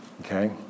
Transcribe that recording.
okay